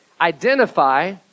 Identify